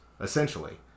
essentially